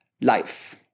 life